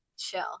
chill